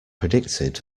predicted